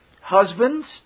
Husbands